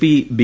P B